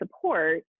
support